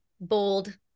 bold